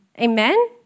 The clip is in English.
Amen